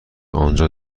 آنجا